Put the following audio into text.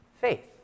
Faith